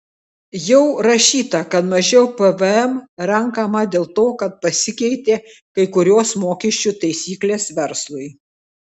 jau rašyta kad mažiau pvm renkama dėl to kad pasikeitė kai kurios mokesčių taisyklės verslui